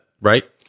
right